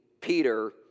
Peter